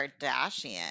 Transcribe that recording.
Kardashian